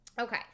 okay